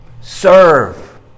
serve